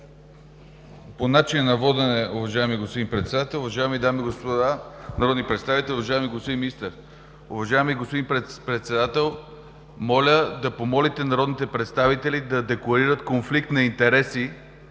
По начина на водене, уважаеми господин Председател, уважаеми дами и господа народни представители, уважаеми господин Министър! Уважаеми господин Председател, моля да помолите народните представители да декларират конфликт на интереси,